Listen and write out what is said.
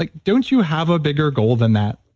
like don't you have a bigger goal than that?